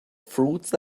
fruits